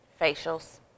Facials